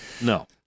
No